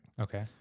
Okay